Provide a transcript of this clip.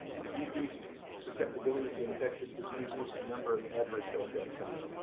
increased susceptibility to infectious diseases, a number of adverse health outcomes.